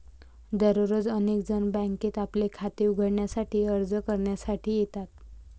दररोज अनेक जण बँकेत आपले खाते उघडण्यासाठी अर्ज करण्यासाठी येतात